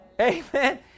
Amen